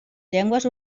llengües